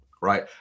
right